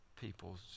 people's